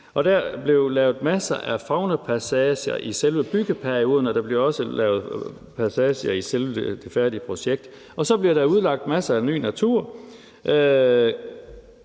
er blevet lavet masser af faunapassager i selve byggeperioden, der bliver også lavet passager i selve det færdige projekt, og så bliver der udlagt masser af ny natur